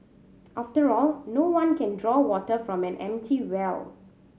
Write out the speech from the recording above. after all no one can draw water from an empty well